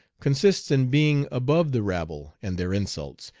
consists in being above the rabble and their insults,